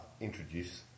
introduce